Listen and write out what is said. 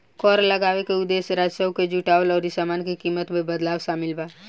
कर लगावे के उदेश्य राजस्व के जुटावल अउरी सामान के कीमत में बदलाव शामिल बा